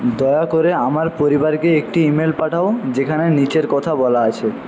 দয়া করে আমার পরিবারকে একটি ইমেল পাঠাও যেখানে নিচের কথা বলা আছে